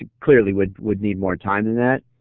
ah clearly would would need more time than that.